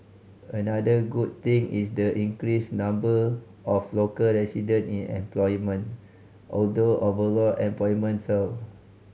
another good thing is the increased number of local resident in employment although overall employment fell